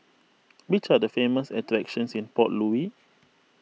which are the famous attractions in Port Louis